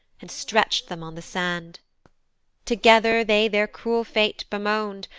and stretcht them on the sand together they their cruel fate bemoan'd,